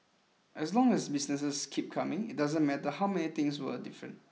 as long as business keep coming it doesn't matter how many things were different